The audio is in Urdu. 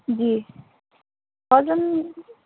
جی تھاؤزنڈ